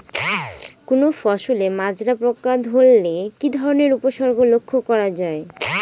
কোনো ফসলে মাজরা পোকা ধরলে কি ধরণের উপসর্গ লক্ষ্য করা যায়?